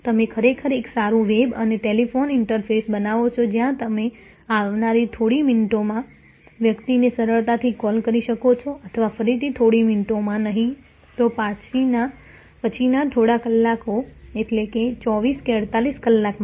તમે ખરેખર એક સારું વેબ અને ટેલિફોન ઈન્ટરફેસ બનાવો છો જ્યાં તમે આવનારી થોડી મિનિટોમાં વ્યક્તિને સરળતાથી કૉલ કરી શકો છો અથવા પછીની થોડી મિનિટોમાં નહીં તો પછીના થોડા કલાકો એટલે કે 24 કે 48 કલાકમાં